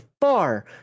far